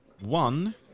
One